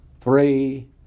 three